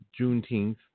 Juneteenth